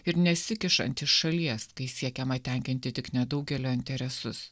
ir nesikišant iš šalies kai siekiama tenkinti tik nedaugelio interesus